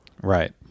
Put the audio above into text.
right